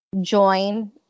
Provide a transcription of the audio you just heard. join